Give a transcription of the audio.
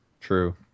true